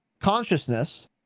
Consciousness